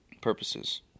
purposes